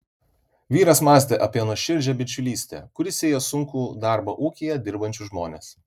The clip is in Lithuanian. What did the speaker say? vyras mąstė apie nuoširdžią bičiulystę kuri sieja sunkų darbą ūkyje dirbančius žmones